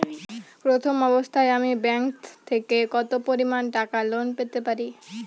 প্রথম অবস্থায় আমি ব্যাংক থেকে কত পরিমান টাকা লোন পেতে পারি?